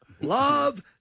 Love